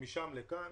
ומשם לכאן.